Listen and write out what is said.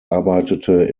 arbeitete